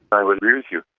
i would agree with you.